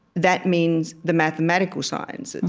that means the mathematical sciences.